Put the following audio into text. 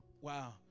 wow